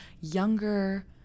younger